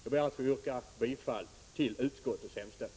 Jag ber att få yrka bifall till utskottets hemställan.